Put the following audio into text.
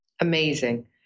Amazing